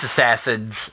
assassins